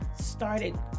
started